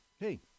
Hey